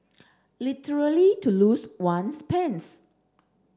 literally to lose one's pants